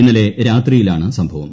ഇന്നലെ രാത്രിയിലാണ് സംഭവം